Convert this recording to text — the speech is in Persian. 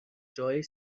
جاهای